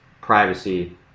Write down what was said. privacy